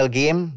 game